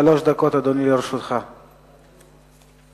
אדוני, לרשותך שלוש דקות.